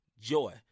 joy